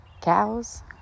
cows